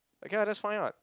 okay lah that's fine [what]